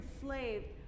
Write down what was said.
enslaved